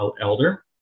elder